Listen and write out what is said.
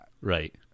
right